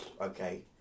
okay